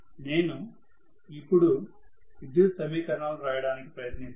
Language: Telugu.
నేను ఇప్పుడు విద్యుత్ సమీకరణాలు రాయడానికి ప్రయత్నిస్తాను